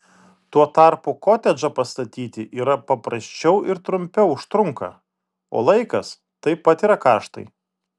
tuo tarpu kotedžą pastatyti yra paprasčiau ir trumpiau užtrunka o laikas taip pat yra kaštai